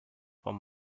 vom